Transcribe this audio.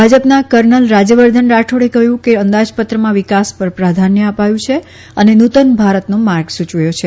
ભાજપના કર્નલ રાજયવર્ધન રાઠૌરે કહ્યું કે અંદાજપત્રમાં વિકાસ પર પ્રાધાન્ય અપાયું છે અને નૂતન ભારતનો માર્ગ સૂચવ્યો છે